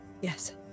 Yes